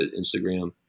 Instagram